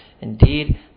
Indeed